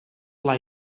was